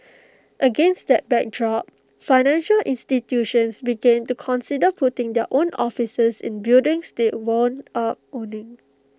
against that backdrop financial institutions began to consider putting their own offices in buildings they wound up owning